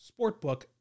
sportbook